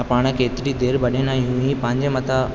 पाण केतिरी देरि भॼंदा आहियूं हीउ पंहिंजे मथां